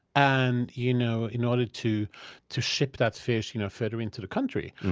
and you know in order to to ship that fish you know farther into the country,